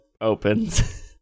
opens